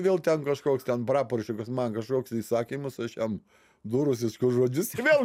vėl ten kažkoks ten praporščikas man kažkoks įsakymas aš jam du rusiškus žodžius ir vėl